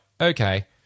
okay